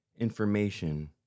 information